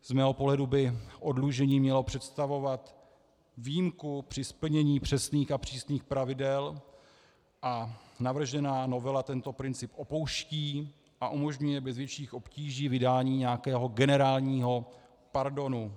Z mého pohledu by oddlužení mělo představovat výjimku při splnění přesných a přísných pravidel, a navržená novela tento princip opouští a umožňuje bez větších obtíží vydání nějakého generálního pardonu.